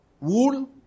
Wool